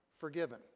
forgiven